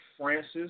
Francis